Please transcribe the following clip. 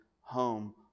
home